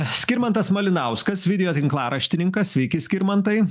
skirmantas malinauskas video tinklaraštininkas sveiki skirmantai